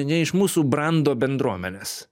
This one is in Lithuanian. ne iš mūsų brando bendruomenės